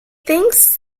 thinks